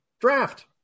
draft